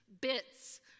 bits